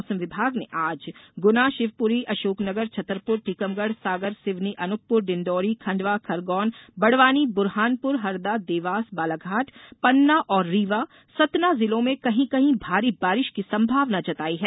मौसम विभाग ने आज गुना शिवपुरी अशोकनगर छतरपुर टीकमगढ़ सागर सिवनी अनूपपुर डिंडौरी खंडवा खरगोन बड़वानी बुराहनपुर हरदा देवास बालाघाट पन्ना और रीवा सतना जिलों में कहीं कहीं भारी बारिश की संभावना जताई है